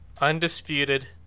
Undisputed